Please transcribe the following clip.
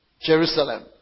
Jerusalem